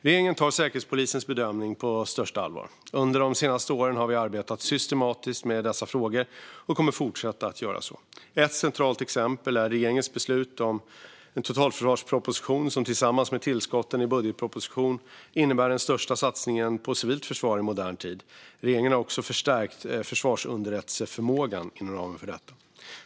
Regeringen tar Säkerhetspolisens bedömning på största allvar. Under de senaste åren har vi arbetat systematiskt med dessa frågor, och vi kommer att fortsätta att göra så. Ett centralt exempel är regeringens beslut om totalförsvarspropositionen, som tillsammans med tillskotten i budgetpropositionen innebär den största satsningen på civilt försvar i modern tid. Regeringen har också förstärkt försvarsunderrättelseförmågan inom ramen för detta.